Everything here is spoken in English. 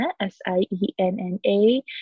S-I-E-N-N-A